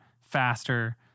faster